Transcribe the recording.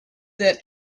that